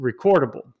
recordable